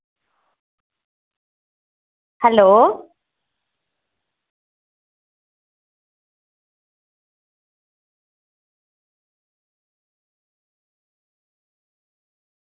hello